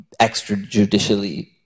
extrajudicially